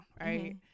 right